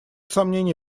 сомнений